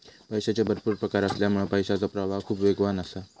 पैशाचे भरपुर प्रकार असल्यामुळा पैशाचो प्रवाह खूप वेगवान असा